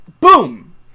boom